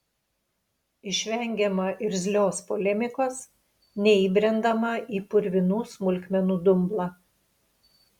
išvengiama irzlios polemikos neįbrendama į purvinų smulkmenų dumblą